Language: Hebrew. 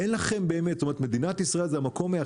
אין לכם מדינת ישראל זה המקום היחיד